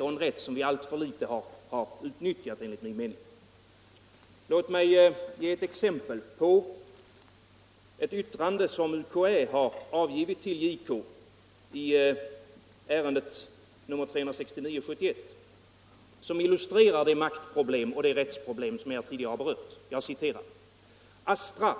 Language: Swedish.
Något som riksdagen alltför litet har utnyttjat enligt min mening. Låt mig ge ett exempel genom att citera ett yttrande som UKÄ har avgivit till JK i ärende nr 369/71. Det illustrerar de maktproblem och 53 de rättsproblem som jag tidigare har berört: ”ASTRA